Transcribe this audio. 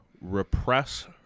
repress